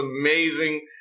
amazing